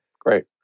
Great